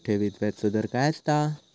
ठेवीत व्याजचो दर काय असता?